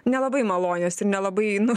nelabai malonios ir nelabai nu